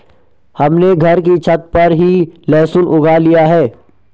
हमने घर की छत पर ही लहसुन उगा लिए हैं